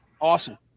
Awesome